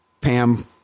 Pam